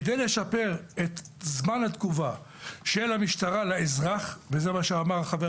כדי לשפר את זמן התגובה של המשטרה לאזרח וזה מה שאמר חבר